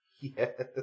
Yes